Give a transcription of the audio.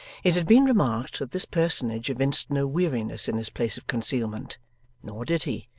it had been remarked that this personage evinced no weariness in his place of concealment nor did he,